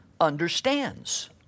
understands